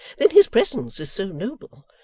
then his presence is so noble!